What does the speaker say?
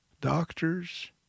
doctors